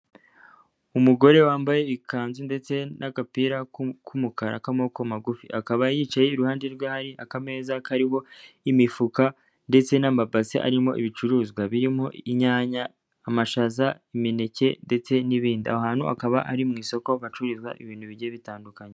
Umugore wambaye ikanzu ndetse n'agapira k'umukara k'amaboko magufi, akaba yicaye iruhande rwe hari akameza, karimo imifuka ndetse n'amabasi arimo ibicuruzwa, birimo inyanya, amashaza, imineke ndetse n'ibindi. Aho hantu hakaba ari mu isoko, aho bacuruza ibintu bigiye bitandukanye.